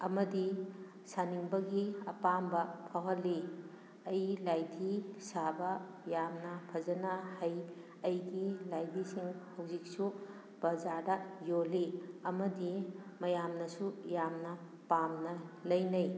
ꯑꯃꯗꯤ ꯁꯥꯅꯤꯡꯕꯒꯤ ꯑꯄꯥꯝꯕ ꯐꯥꯎꯍꯜꯂꯤ ꯑꯩ ꯂꯥꯏꯗꯤ ꯁꯥꯕ ꯌꯥꯝꯅ ꯐꯖꯅ ꯍꯩ ꯑꯩꯒꯤ ꯂꯥꯏꯗꯤꯁꯤꯡ ꯍꯧꯖꯤꯛꯁꯨ ꯕꯖꯥꯔꯗ ꯌꯣꯜꯂꯤ ꯑꯃꯗꯤ ꯃꯌꯥꯝꯅꯁꯨ ꯌꯥꯝꯅ ꯄꯥꯝꯅ ꯂꯩꯅꯩ